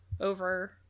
over